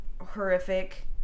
horrific